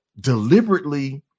deliberately